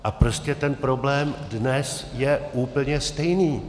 A prostě ten problém dnes je úplně stejný.